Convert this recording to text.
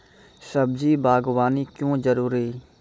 सब्जी बागवानी क्यो जरूरी?